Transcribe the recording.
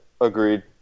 agreed